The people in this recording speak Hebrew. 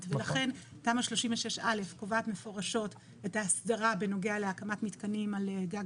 ולכן תמ"א 36 א קובעת מפורשות את ההסדרה בנוגע להקמת מתקנים על גג